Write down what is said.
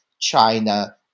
China